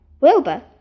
Wilbur